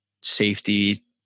Safety